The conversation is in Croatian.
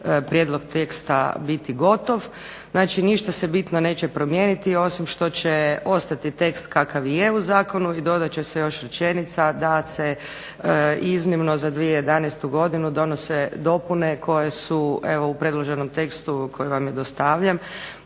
prijedlog teksta biti gotov. Znači ništa se bitno neće promijeniti osim što će ostati tekst kakav i je u zakonu i dodat će se još rečenica da se iznimno za 2011. godinu donose dopune koje su evo u predloženom tekstu koji vam je dostavljen,